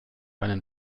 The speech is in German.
einen